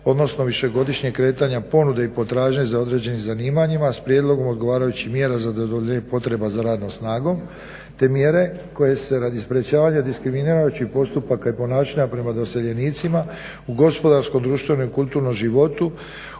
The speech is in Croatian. odnosno višegodišnje kretanja ponude i potražnje za određenim zanimanjima s prijedlogom odgovarajućih mjera za zadovoljenje potreba za radnom snagom te mjere koje se radi sprječavanja diskriminirajućih postupaka i ponašanja prema doseljenicima u gospodarsko, društvenom i kulturnom životu